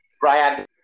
Brian